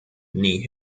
knee